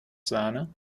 sahne